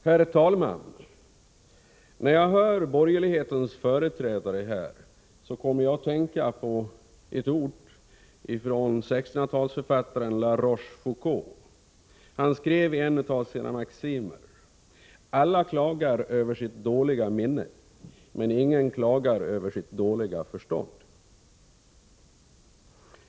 Herr talman! När jag hör borgerlighetens företrädare här kommer jag att tänka på några ord av 1600-talsförfattaren La Rochefoucauld. Han skrev ien av sina maximer: Alla klagar över sitt dåliga minne, men ingen klagar över sitt dåliga förstånd.